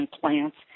plants